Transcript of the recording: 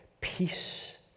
peace